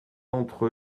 d’entre